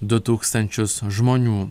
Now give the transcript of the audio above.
du tūkstančius žmonių